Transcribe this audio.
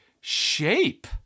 shape